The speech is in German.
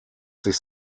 sich